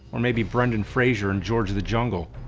or maybe brendan fraser in george of the jungle?